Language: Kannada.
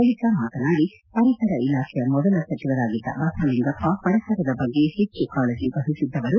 ಬಳಿಕ ಅವರು ಮಾತನಾಡಿ ಪರಿಸರ ಇಲಾಖೆಯ ಮೊದಲ ಸಚಿವರಾಗಿದ್ದ ಬಸವಲಿಂಗಪ್ಪ ಪರಿಸರದ ಬಗ್ಗೆ ಹೆಚ್ಚು ಕಾಳಜಿ ವಹಿಸಿದ್ದವರು